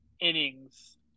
innings